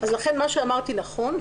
לכן מה שאמרתי נכון,